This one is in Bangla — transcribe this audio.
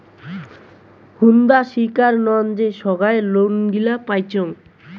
বুন্দা শিক্ষার তন্ন যে সোগায় লোন গুলা পাইচুঙ